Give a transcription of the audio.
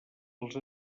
als